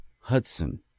Hudson